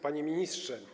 Panie Ministrze!